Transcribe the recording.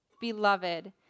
Beloved